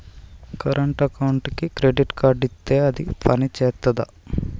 Current అకౌంట్కి credit card ఇత్తే అది పని చేత్తదా?